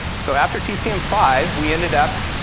so after tcm five, we ended up